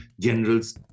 generals